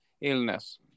illness